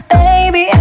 baby